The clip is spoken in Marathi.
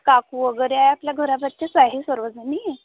काकू वगैरे आहे आपल्या घरासारखंच आहे सर्व जणी